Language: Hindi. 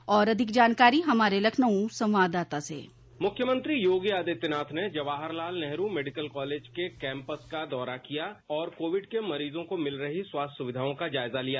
और अधिक जानकारी हमारे लखनऊ संवाददाता से मुख्यमंत्री योगी आदित्य नाथ ने जवाहर लाल नेहरू मेडिकल कॉलेज के कैंपस का दौरा किया और कोविड के मरीजों को मिल रहे स्वास्थ्य सुविधाओं का जायजा लिया